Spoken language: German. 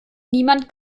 niemand